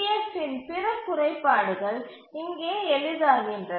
F இன் பிற குறைபாடுகள் இங்கே எளிதாகின்றன